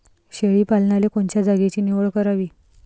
शेळी पालनाले कोनच्या जागेची निवड करावी?